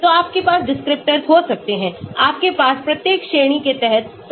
तो आपके पास descriptors हो सकते हैं आपके पास प्रत्येक श्रेणी के तहत sub descriptors भी हो सकते हैं